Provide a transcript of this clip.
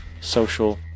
social